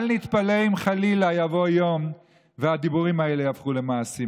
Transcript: אל נתפלא אם חלילה יבוא יום והדיבורים האלה יהפכו למעשים,